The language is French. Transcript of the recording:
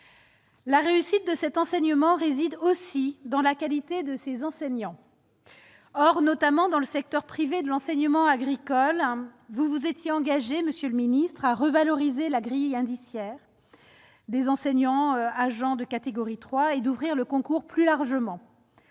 La réussite de cet enseignement tient aussi à la qualité des enseignants. Or, notamment dans le secteur privé de l'enseignement agricole, vous vous étiez engagé, monsieur le ministre, à revaloriser la grille indiciaire des enseignants agents de catégorie 3 et à ouvrir plus largement